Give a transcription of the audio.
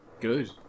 Good